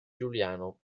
giuliano